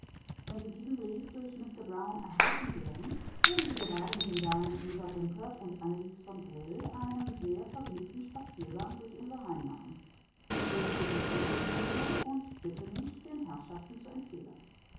wenn sie diesen brief durch mister brown erhalten werden werden sie gerade mit den damen eva bunkert und annelies von grill einen sehr vergnügten spaziergang durch unser heim machen ich beglückwünsche sie dazu und bitte mich den herrschaften zu empfehlen